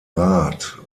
rat